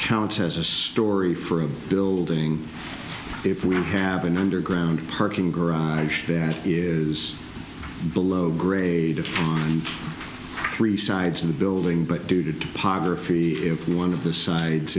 counts as a story for a building if we have an underground parking garage that is below grade three sides of the building but due to topography if one of the